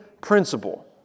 principle